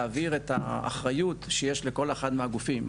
להבהיר את האחריות שיש לכל אחת מהגופים,